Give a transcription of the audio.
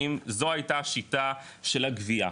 אם זו הייתה השיטה של הגבייה.